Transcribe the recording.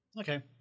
Okay